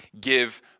Give